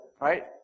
right